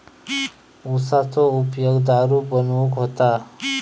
उसाचो उपयोग दारू बनवूक होता